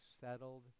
settled